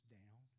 down